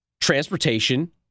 transportation